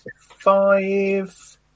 five